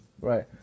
Right